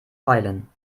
feilen